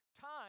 time